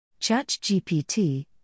ChatGPT